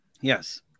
Yes